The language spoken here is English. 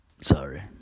sorry